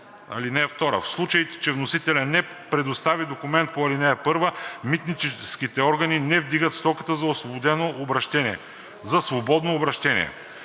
В случай че вносителят не предостави документите по ал. 1, митническите органи не вдигат стоките за свободно обращение.“